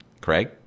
Craig